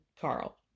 Carl